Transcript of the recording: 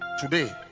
today